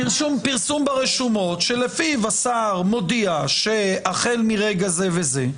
פרסום ברשומות שלפיו השר מודיע שהחל מרגע זה וזה,